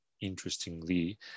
interestingly